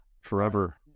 forever